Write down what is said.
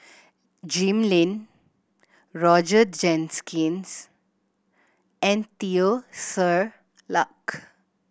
Jim Lim Roger Jenkins and Teo Ser Luck